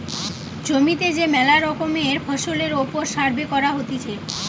জমিতে যে মেলা রকমের ফসলের ওপর সার্ভে করা হতিছে